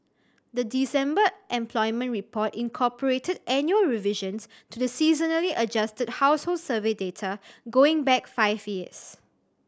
the December employment report incorporated annual revisions to the seasonally adjusted household survey data going back five years